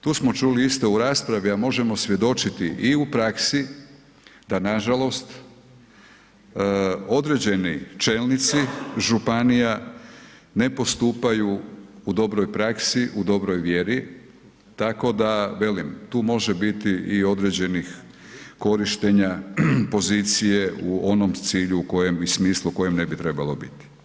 Tu smo čuli isto u raspravi a možemo svjedočiti i u praksi da nažalost određeni čelnici županija ne postupaju u dobroj praksi, u dobroj vjeri tako da velim, tu može biti i određenih korištenja pozicije u onom cilju i smislu u kojem ne bi trebalo biti.